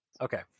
Okay